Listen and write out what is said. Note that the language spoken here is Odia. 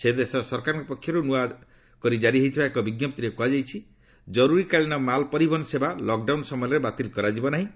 ସେ ଦେଶର ସରକାରଙ୍କ ପକ୍ଷରୁ ନୂଆ କରି ଜାରି ହୋଇଥିବା ଏକ ବିଞ୍ଜପ୍ତିରେ କୁହାଯାଇଛି କରୁରୀକାଳୀନ ମାଲ୍ ପରିବହନ ସେବା ଲକ୍ଡାଉନ୍ ସମୟରେ ବାତିଲ୍ କରାଯିବ ନାହିଁ